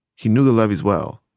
he knew the levees well.